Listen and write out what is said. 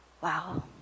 Wow